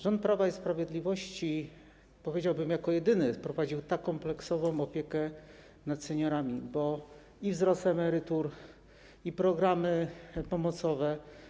Rząd Prawa i Sprawiedliwości, powiedziałbym, jako jedyny wprowadził kompleksową opiekę nad seniorami, bo jest wzrost emerytur i są programy pomocowe.